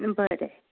बरें